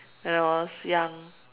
when I was young